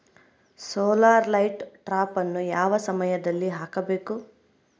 Solar light ಟ್ರಾಪನ್ನು ಯಾವ ಸಮಯದಲ್ಲಿ ಹಾಕಬೇಕು?